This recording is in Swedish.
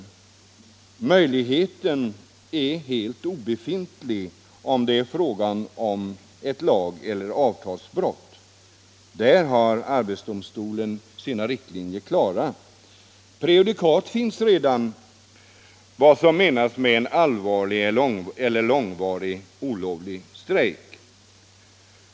Ja, den möjligheten är helt obefintlig, om det är fråga om ett lageller avtalsbrott. Där har arbetsdomstolen sina riktlinjer klara. Där finns redan prejudikat på vad som menas med en allvarlig eller långvarig olovlig strejk.